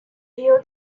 ill